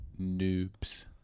noobs